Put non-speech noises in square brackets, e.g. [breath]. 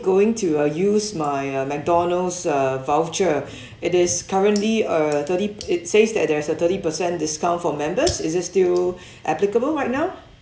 going to uh use my uh McDonald’s uh voucher [breath] it is currently uh thirty it says that there is a thirty percent discount for members is it still applicable right now